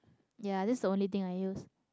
ya that's the only thing I use